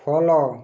follow